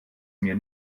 mir